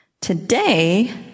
today